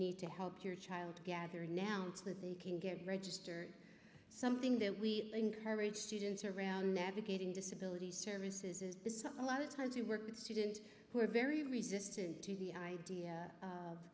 need to help your child gather announce that they can get registered something that we encourage students around navigating disability services a lot of times we work with students who are very resistant to the idea of